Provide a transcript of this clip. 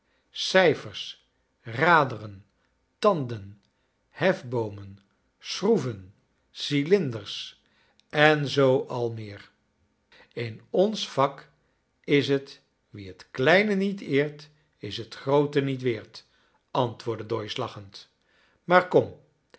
cijfers raderen tanden hefboomen schroeven cylin ers en zoo al meer in ons vak is het wie t kleine niet eert is het groote niet weerdv antwoordde boyce lachend maar korn